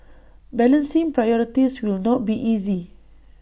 balancing priorities will not be easy